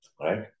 right